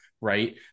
right